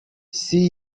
see